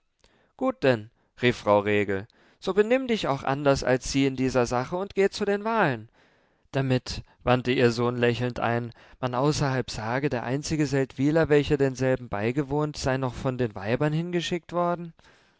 gut denn rief frau regel so benimm dich auch anders als sie in dieser sache und geh zu den wahlen damit wandte ihr sohn lächelnd ein man außerhalb sage der einzige seldwyler welcher denselben beigewohnt sei noch von den weibern hingeschickt worden